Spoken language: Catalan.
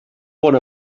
bona